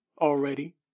already